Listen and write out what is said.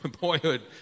boyhood